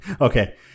Okay